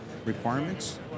requirements